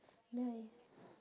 ni~